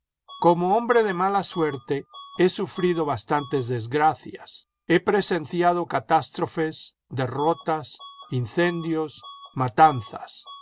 como hombre de mala suerte he sufrido bastantes desgracias he presenciado catástrofes derrotas incendios matanzas